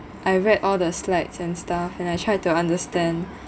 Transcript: I read all the slides and stuff and I tried to understand